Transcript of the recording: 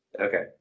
Okay